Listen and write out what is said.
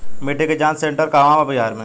मिटी के जाच सेन्टर कहवा बा बिहार में?